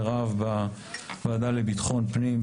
הכנסת מירב בו ארי בוועדה לביטחון פנים.